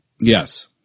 Yes